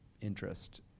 interest